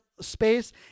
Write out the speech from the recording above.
space